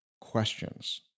questions